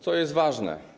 Co jest ważne?